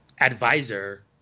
advisor